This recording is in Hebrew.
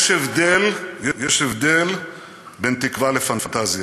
יש הבדל בין תקווה לפנטזיה.